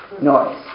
noise